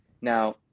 Now